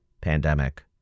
pandemic